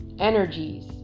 energies